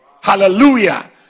Hallelujah